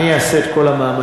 אני אעשה את כל המאמצים.